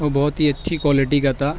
وہ بہت ہی اچھی کوائلٹی کا تھا